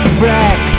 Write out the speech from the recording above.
black